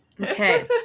okay